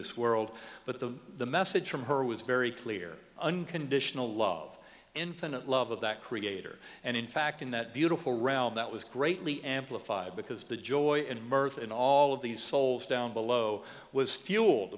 this world but the message from her was very clear unconditional love infinite love that creator and in fact in that beautiful realm that was greatly amplified because the joy and mirth in all of these souls down below was fueled